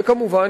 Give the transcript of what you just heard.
וכמובן,